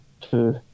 two